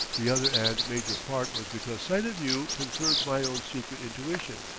the other and major part was because sight of you confirmed my own secret intuition.